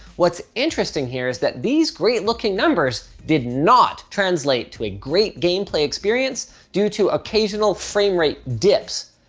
what's interesting here is that these great looking numbers did not translate to a great gameplay experience due to occasional frame rate dips.